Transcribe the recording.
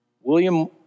William